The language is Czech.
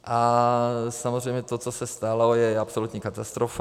A samozřejmě to, co se stalo, je absolutní katastrofa.